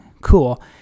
cool